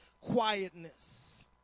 quietness